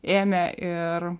ėmė ir